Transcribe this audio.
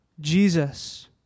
Jesus